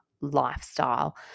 lifestyle